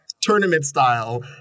tournament-style